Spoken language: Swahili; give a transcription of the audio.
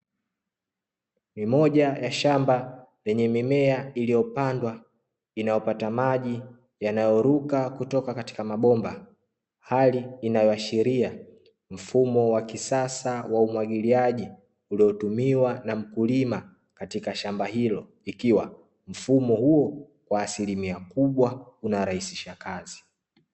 Ni moja ya shamba lenye mimea iliyopandwa, inayopata maji yanayoruka kutoka katika mabomba, hali inayoashiria mfumo wa kisasa wa umwagiliaji uliotumiwa na mkulima katika shamba hilo, ikiwa mfumo huo kwa asilimia kubwa unarahisisha kazi.